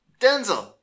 Denzel